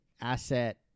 asset